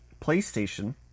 PlayStation